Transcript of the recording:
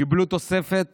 קיבלו תוספת